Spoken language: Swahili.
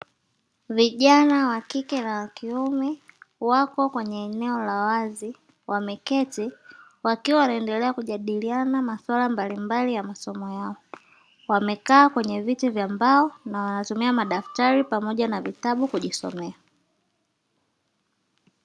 Vijana wa kike na wa kiume wapo kwenye eneo la wazi wameketi wakiwa wanaendelea kujadiliana maswala mbalimbali ya masomo yao, wamekaa kwenye viti vya mbao na wanatumia madaftari pamoja na vitabu kujisomea.